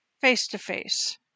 face-to-face